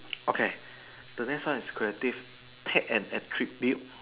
okay the next one is creative take and attribute